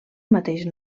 mateix